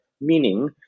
meaning